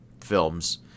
films